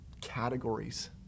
categories